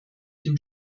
dem